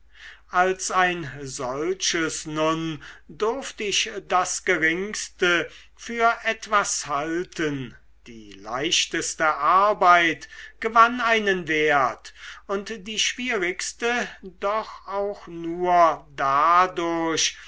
als ein solches nun durft ich das geringste für etwas halten die leichteste arbeit gewann einen wert und die schwierigste doch auch nur dadurch